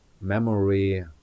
memory